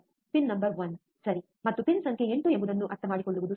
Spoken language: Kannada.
ಪಿನ್ ನಂಬರ್ ಒನ್ ಸರಿ ಮತ್ತು ಪಿನ್ ಸಂಖ್ಯೆ 8 ಎಂಬುದನ್ನು ಅರ್ಥಮಾಡಿಕೊಳ್ಳುವುದು ಸುಲಭ